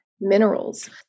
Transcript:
minerals